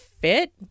fit